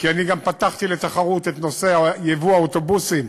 כי גם פתחתי לתחרות את נושא ייבוא האוטובוסים,